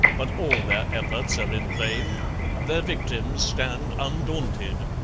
but all their efforts are in vain their victims stand undaunted.